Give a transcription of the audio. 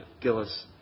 Gillis